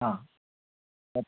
ആ എപ്പ്